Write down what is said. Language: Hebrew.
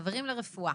חברים לרפואה.